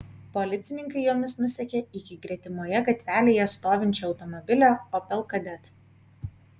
policininkai jomis nusekė iki gretimoje gatvelėje stovinčio automobilio opel kadett